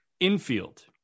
Infield